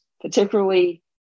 particularly